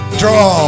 draw